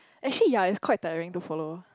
actually ya is quite tiring to follow